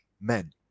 men